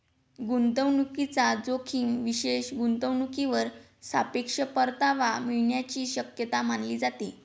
गुंतवणूकीचा जोखीम विशेष गुंतवणूकीवर सापेक्ष परतावा मिळण्याची शक्यता मानली जाते